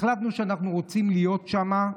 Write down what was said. החלטנו שאנחנו רוצים להיות שם,